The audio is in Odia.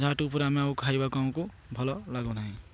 ଯାହାଠୁ ଉପରେ ଆମେ ଆଉ ଖାଇବାକୁ ଆମକୁ ଭଲ ଲାଗୁନାହିଁ